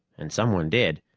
and someone did.